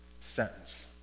sentence